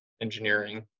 engineering